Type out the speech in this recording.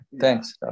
thanks